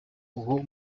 uwo